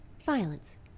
Violence